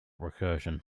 recursion